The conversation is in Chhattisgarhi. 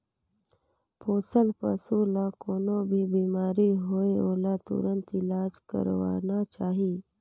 पोसल पसु ल कोनों भी बेमारी होये ओला तुरत इलाज करवाना चाही